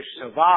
survive